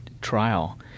trial